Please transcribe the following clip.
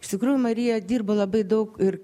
iš tikrųjų marija dirbo labai daug ir